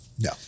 No